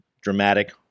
Dramatic